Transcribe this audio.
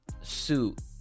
suit